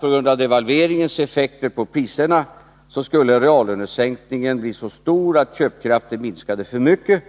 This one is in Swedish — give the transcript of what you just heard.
På grund av devalveringens effekter på priserna skulle reallönesänkningen annars bli så stor att köpkraften minskade för mycket,